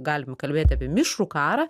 galim kalbėti apie mišrų karą